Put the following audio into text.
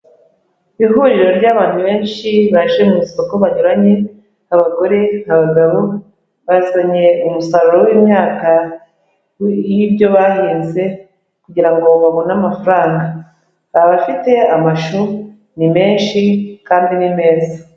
Ihuriro ry'abantu benshi baje mu isoko banyuranye, abagore, abagabo, bazanye umusaruro w'imyaka w'ibyo bahinze kugira ngo babone amafaranga, abafite amashu ni menshi kandi ni meza.